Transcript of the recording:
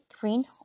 green